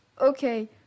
Okay